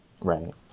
Right